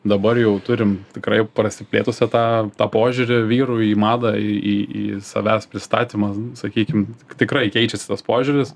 dabar jau turim tikrai prasiplėtusią tą tą požiūrį vyrų į madą į į savęs pristatymą sakykim tikrai keičiasi tas požiūris